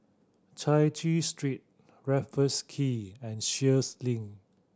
Chai Chee Street Raffles Quay and Sheares Link